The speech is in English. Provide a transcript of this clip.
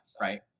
right